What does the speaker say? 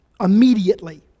immediately